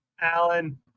Alan